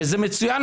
וזה אפילו מצוין,